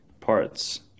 Parts